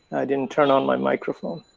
didn't turn on my microphone.